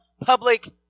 public